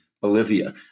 Bolivia